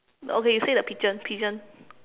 okay you say the pigeon pigeon